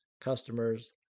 customers